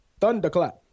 Thunderclap